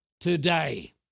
today